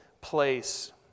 place